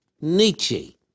Nietzsche